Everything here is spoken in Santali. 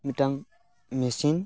ᱢᱤᱫᱴᱟᱝ ᱢᱮᱥᱤᱱ